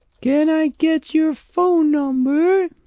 can i get your phone number?